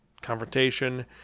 confrontation